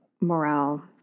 morale